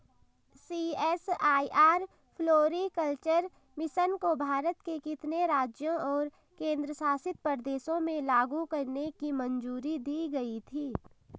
CSIR floriculture mission को भारत के कितने राज्यों और केंद्र शासित प्रदेशों में लागू करने की मंजूरी दी गई थी?